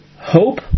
hope